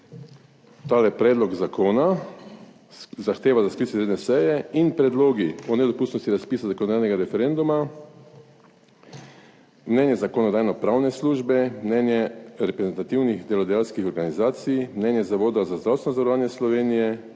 ta predlog zakona, zahteva za sklic izredne seje in predlogi o nedopustnosti razpisa zakonodajnega referenduma, mnenje Zakonodajno-pravne službe, mnenje reprezentativnih delodajalskih organizacij, mnenje Zavoda za zdravstveno zavarovanje Slovenije,